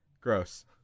Gross